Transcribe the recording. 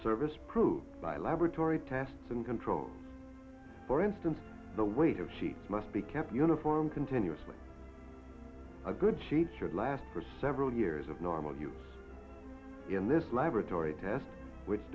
service proved by laboratory tests and control for instance the weight of sheets must be kept uniform continuously a good sheet should last for several years of normal in this laboratory test which